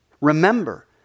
Remember